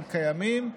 הם קיימים.